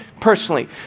personally